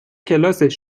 کلاسش